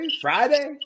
Friday